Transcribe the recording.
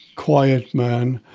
quiet man.